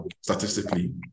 statistically